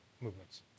movements